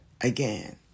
again